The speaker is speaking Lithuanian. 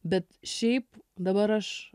bet šiaip dabar aš